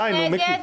די, נו, מיקי.